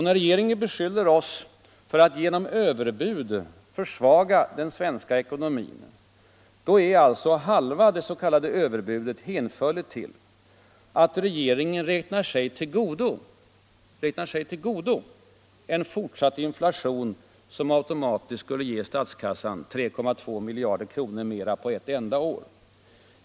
När regeringen beskyller oss för att genom överbud försvaga den svenska ekonomin, är alltså halva det s.k. överbudet hänförligt till att regeringen räknar sig till godo en fortsatt inflation, som automatiskt skulle ge statskassan 3,2 miljarder kronor mera på ett enda år.